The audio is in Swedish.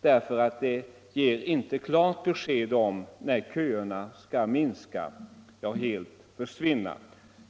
Det ger inte klart besked om när köerna skall minska reellt eller helt försvinna.